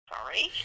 Sorry